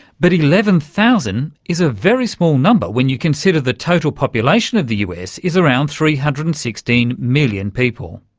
but eleven thousand is a very small number when you consider the total population of the us is around three hundred and sixteen million people.